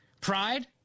Pride